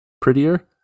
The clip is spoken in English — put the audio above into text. prettier